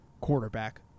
quarterback